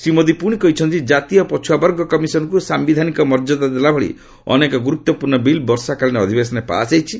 ଶ୍ରୀ ମୋଦି ପୁଣି କହିଛନ୍ତି ଜାତୀୟ ପଛୁଆବର୍ଗ କମିଶନ୍କୁ ସାୟିଧାନିକ ମର୍ଯ୍ୟଦା ଦେବା ଭଳି ଅନେକ ଗୁରୁତ୍ୱପୂର୍୍ଣ୍ଣ ବିଲ୍ ବର୍ଷାକାଳୀନ ଅଧିବେଶନରେ ପାସ୍ ହୋଇଛି